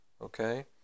Okay